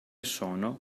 sono